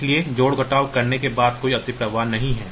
इसलिए जोड़ घटाव करने के बाद कोई अतिप्रवाह नहीं है